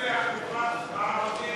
לגבי האוכלוסייה הערבית